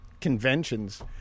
conventions